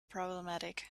problematic